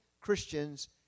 Christians